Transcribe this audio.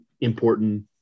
important